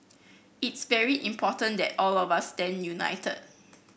it's very important that all of us stand united